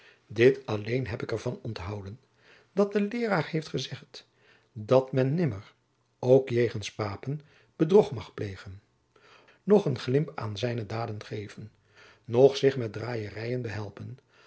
dit alleen heb ik er van onthouden dat de leeraar heeft gezegd dat men nimmer ook jegens papen bedrog mag plegen noch een glimp aan zijne daden geven noch zich met draaierijen behelpen